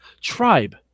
Tribe